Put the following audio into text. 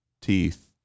teeth